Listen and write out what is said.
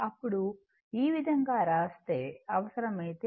అప్పుడు ఈ విధంగా వ్రాస్తే అవసరమైతే అది 2 1